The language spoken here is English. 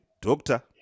doctor